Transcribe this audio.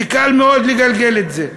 וקל מאוד לגלגל את זה.